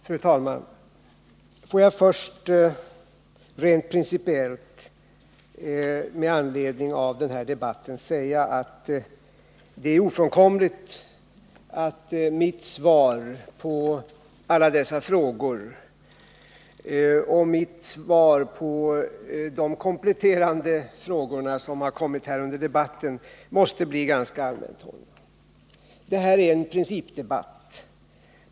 Fru talman! Får jag först rent principiellt med anledning av den här debatten säga att det är ofrånkomligt att mitt svar på alla dessa frågor och mitt svar på de kompletterande frågor som kommit här under debatten måste bli ganska allmänt hållet. Det här är en principdebatt.